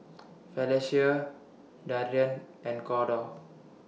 Felecia Darian and Corda